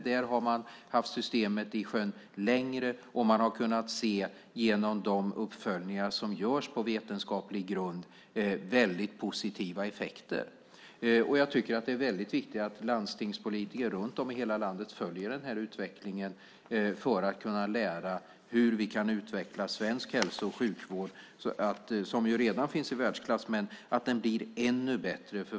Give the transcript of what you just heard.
Där har man haft systemet i sjön längre, och man har genom de uppföljningar som görs på vetenskaplig grund kunnat se väldigt positiva effekter. Jag tycker att det är väldigt viktigt att landstingspolitiker runt om i hela landet följer den här utvecklingen för att kunna lära hur vi kan utveckla svensk hälso och sjukvård, som ju redan är i världsklass, så att den blir ännu bättre.